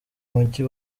mujyi